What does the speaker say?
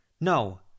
No